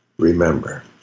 Remember